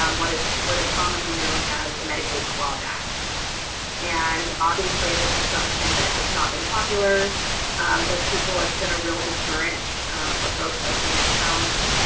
um what is what is commonly known as the medicaid clawback and obviously this is something that has not been popular with people it's been a real deterrent for folks opening accounts,